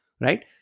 right